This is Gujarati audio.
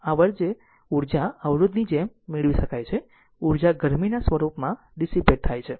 આ ઉર્જા અવરોધની જેમ મેળવી શકાય છે ઉર્જા ગરમીના સ્વરૂપમાં ડીસીપેટ છે